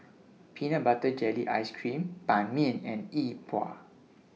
Peanut Butter Jelly Ice Cream Ban Mian and Yi Bua